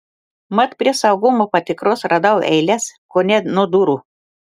mat prie saugumo patikros radau eiles kone nuo durų